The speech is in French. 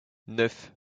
neuf